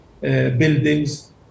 buildings